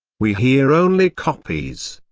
we hear only copies.